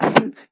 25 X